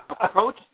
approach